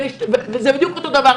זה בדיוק אותו דבר.